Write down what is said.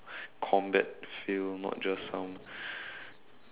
combat feel not just some